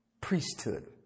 priesthood